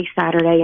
Saturday